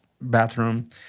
bathroom